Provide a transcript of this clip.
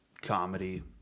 comedy